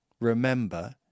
Remember